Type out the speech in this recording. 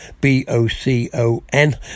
B-O-C-O-N